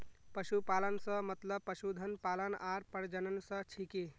पशुपालन स मतलब पशुधन पालन आर प्रजनन स छिके